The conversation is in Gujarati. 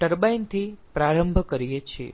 ટર્બાઇન થી પ્રારંભ કરીએ છીએ